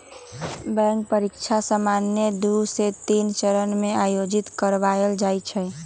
bank परीकछा सामान्य दू से तीन चरण में आयोजित करबायल जाइ छइ